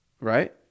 right